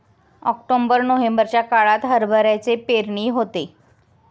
October नोव्हेंबरच्या काळात हरभऱ्याची पेरणी होते